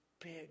big